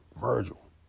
Virgil